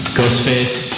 Ghostface